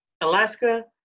alaska